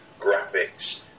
graphics